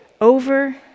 over